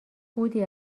بودی